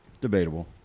Debatable